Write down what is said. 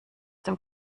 dem